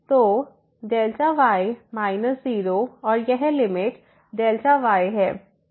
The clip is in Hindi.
तोy 0y और यह लिमिट y है